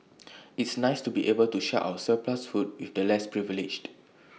it's nice to be able to share our surplus food with the less privileged